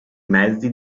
mezzi